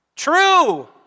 True